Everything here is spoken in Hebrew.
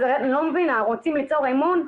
אני לא מבינה, רוצים ליצור אמון?